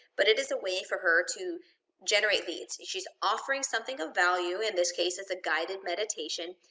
but it is a way for her to generate leads. she's offering something of value, in this case it's a guided meditation,